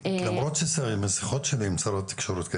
למרות שמשיחות שלי עם שר התקשורת הוא